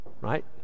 right